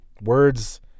Words